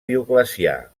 dioclecià